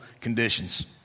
conditions